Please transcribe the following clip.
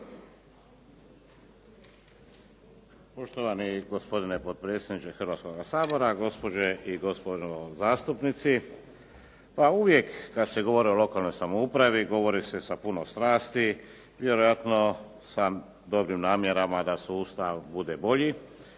Poštovani potpredsjedniče Hrvatskoga sabora, gospođe i gospodo zastupnici. Pa uvijek kada se govori o lokalnoj samoupravi govori se sa puno strasti. Vjerojatno sam u dobrim namjerama da sustav bude bolji,